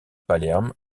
palerme